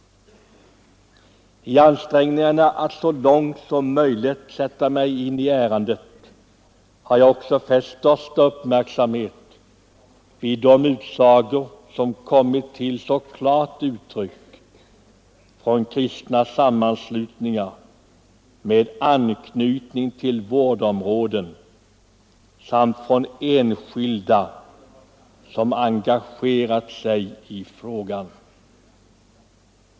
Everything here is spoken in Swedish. I ansträngningarna att så långt som möjligt sätta mig in i ärendet har jag också fäst den största uppmärksamhet vid de utsagor som kommit till så klart uttryck från kristna sammanslutningar med anknytning till vårdområden samt från enskilda som engagerat sig i frågan.